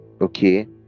Okay